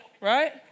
right